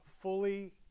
fully